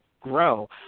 grow